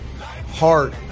heart